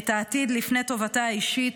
שלפני טובתה האישית,